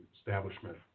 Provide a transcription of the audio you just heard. establishment